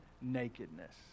nakedness